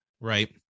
right